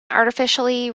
artificially